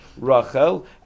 Rachel